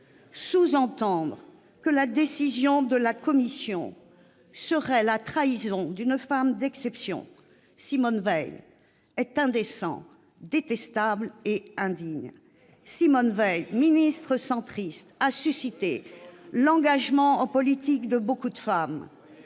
Sous-entendre que la décision de la commission spéciale constituerait la trahison d'une femme d'exception, Simone Veil, est indécent, détestable et indigne. Simone Veil, ministre centriste, a suscité l'engagement en politique de beaucoup de femmes.